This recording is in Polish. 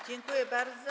Dziękuję bardzo.